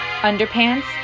Underpants